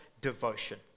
devotion